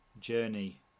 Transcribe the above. journey